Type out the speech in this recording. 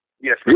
Yes